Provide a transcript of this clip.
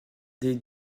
des